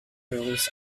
rules